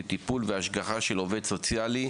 לטיפול והשגחה של עובד סוציאלי,